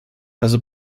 also